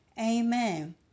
Amen